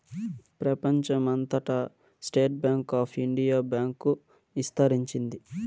ప్రెపంచం అంతటా State Bank of India bank ఇస్తరించింది